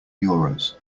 euros